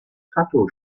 tattoo